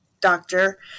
doctor